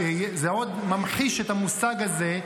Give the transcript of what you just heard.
זה עוד ממחיש את המושג הזה,